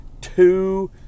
two